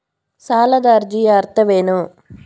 ಸಾಲದ ಅರ್ಜಿಯ ಅರ್ಥವೇನು?